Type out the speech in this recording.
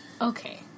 Okay